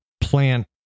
plant